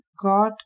God